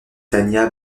tania